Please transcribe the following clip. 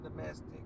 domestic